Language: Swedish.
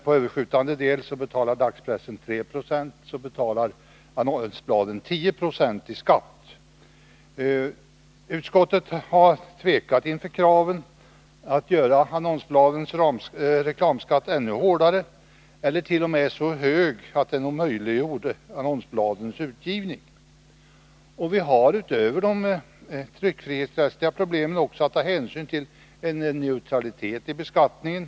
På överskjutande del betalar dagspressen 3 20, medan annonsbladen betalar 10 Yo i skatt. Utskottet har tvekat inför kravet på att göra annonsbladens reklamskatt ännu högre, eller t.o.m. så hög att den skulle omöjliggöra annonsbladens utgivning. Utöver de tryckfrihetsrättsliga problemen har vi också att ta hänsyn till en neutralitet i beskattningen.